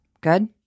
good